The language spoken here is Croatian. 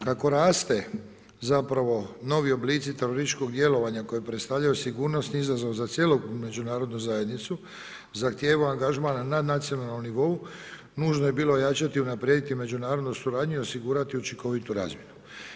Kako raste novi oblici terorističkog djelovanja koja predstavljaju sigurnosni izazov za cjelokupnu međunarodnu zajednicu, zahtjeva angažman na nacionalnom nivou, nužno je bilo ojačati i unaprijediti međunarodnu suradnju i osigurati učinkovitu razmjenu.